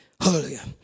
Hallelujah